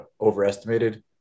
overestimated